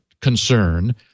concern